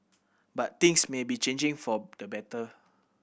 but things may be changing for the better